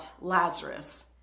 Lazarus